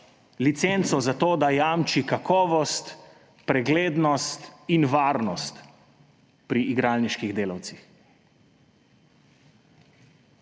licenco zato, da jamči kakovost, preglednost in varnost pri igralniških delavcih.